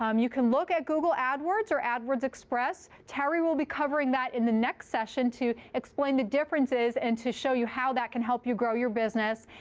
um you can look at google adwords or adwords express. terry will be covering that in the next session to explain the differences and to show you how that can help you grow your business.